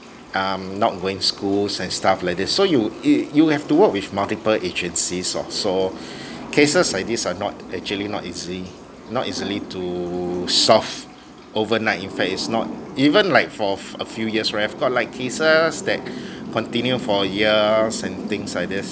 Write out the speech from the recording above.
um not going schools and stuff like this so you it you have to work with multiple agencies or so cases like this are not actually not easily not easily to solve overnight in fact is not even like for f~ a few years we have got like cases that continue for years and things like this